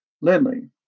Lindley